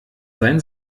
sein